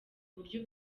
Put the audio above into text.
buryo